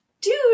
dude